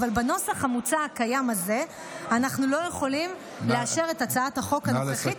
אבל בנוסח המוצע הזה אנחנו לא יכולים לאשר את הצעת החוק הנוכחית,